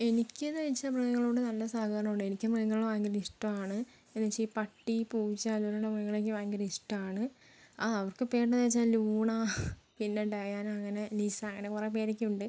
എനിക്ക് എന്ന് വെച്ചാൽ മൃഗങ്ങളോട് നല്ല സഹകരണമുണ്ട് എനിക്കും മൃഗങ്ങളെ ഭയങ്കര ഇഷ്ടമാണ് എന്നുവച്ചാൽ ഈ പട്ടി പൂച്ച അതുപോലെയുള്ള മൃഗങ്ങളെ എനിക്ക് ഭയങ്കര ഇഷ്ടമാണ് ആ അവർക്ക് പേരുണ്ടോ എന്ന് ചോദിച്ചാൽ ലൂണ പിന്നെ ഡയാന അങ്ങനെ നിസ അങ്ങനെ കുറേ പേരൊക്കെയുണ്ട്